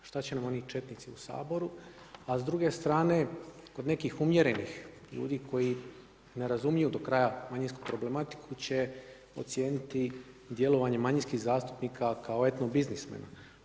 Šta će nam oni četnici u Saboru, a s druge strane kod nekih umjerenih ljudi koji ne razumiju do kraja manjinsku problematiku će ocijeniti djelovanje manjinskih zastupnika kao etno biznismena.